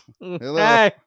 hello